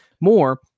more